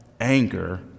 anger